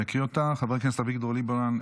אני אקריא אותה: חבר הכנסת אביגדור ליברמן,